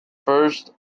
first